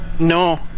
no